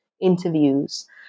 interviews